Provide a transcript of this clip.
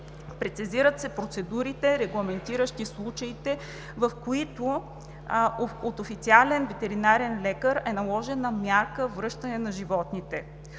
Прецизират се процедурите, регламентиращи случаите, в които от официален ветеринарен лекар е наложена мярка връщане на животните.